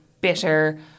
bitter